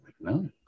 no